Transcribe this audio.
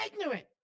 ignorant